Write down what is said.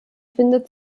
findet